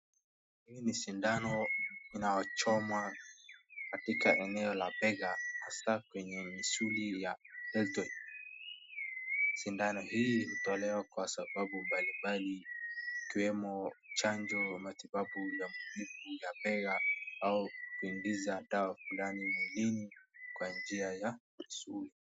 Hii ni sindano inachomwa katika eneo la bega, hasa kwenye misuli ya deltoid . Sindano hii hutolewa kwa sababu mbalimbali ikiwemo chanjo, matibabu ya maumivu ya bega au kuingiza dawa fulani mwilini kwa njia ya misuli.